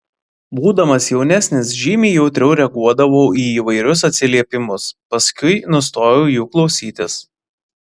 būdamas jaunesnis žymiai jautriau reaguodavau į įvairius atsiliepimus paskui nustojau jų klausytis